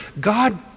God